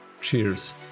cheers